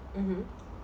mmhmm